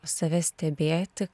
save stebėti